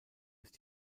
ist